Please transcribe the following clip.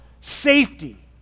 safety